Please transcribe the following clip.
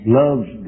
loves